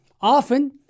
often